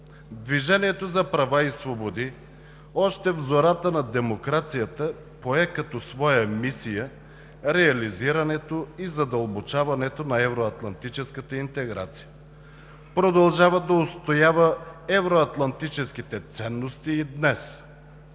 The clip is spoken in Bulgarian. „Движението за права и свободи“ още в зората на демокрацията пое като своя мисия реализирането и задълбочаването на евроатлантическата интеграция. Продължава да отстоява евроатлантическите ценности и днес,